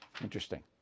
interesting